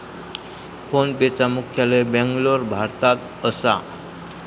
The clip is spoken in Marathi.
फोनपेचा मुख्यालय बॅन्गलोर, भारतात असा